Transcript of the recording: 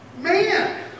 Man